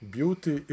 Beauty